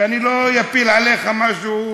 שלא אפיל עליך משהו.